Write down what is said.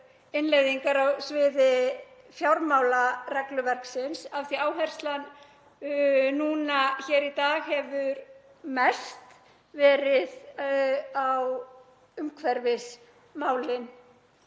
innleiðingar á sviði fjármálaregluverksins, af því áherslan hér í dag hefur mest verið á umhverfismálin?